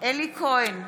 אלי כהן,